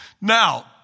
Now